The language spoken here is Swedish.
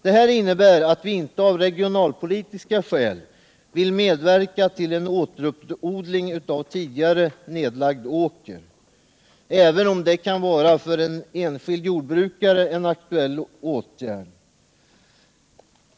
Detta innebär att vi inte av regionalpolitiska skäl vill medverka till en återuppodling av tidigare nedlagd åker, även om det för den enskilde jordbrukaren kan vara en aktuell åtgärd.